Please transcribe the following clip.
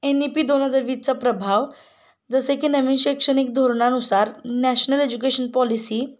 N E P दोन हजार वीसचा प्रभाव जसे की नवीन शैक्षणिक धोरणानुसार नॅशनल एज्युकेशन पॉलिसी